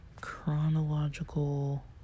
chronological